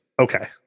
Okay